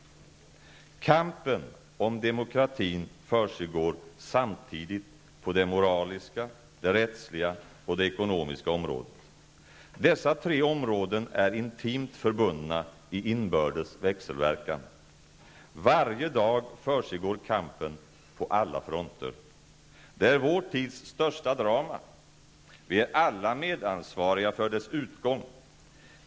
''Kampen om demokratin försiggår samtidigt på det moraliska, det rättsliga och det ekonomiska området. Dessa tre områden är intimt förbundna i inbördes växelverkan. Varje dag försiggår kampen på alla fronter. Det är vår tids största drama. Vi är alla medansvariga för dess utgång.